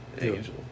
Angel